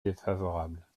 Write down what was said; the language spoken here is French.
défavorable